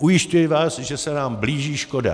Ujišťuji vás, že se nám blíží škoda.